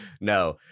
no